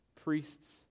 priests